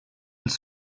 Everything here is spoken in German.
uns